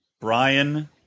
Brian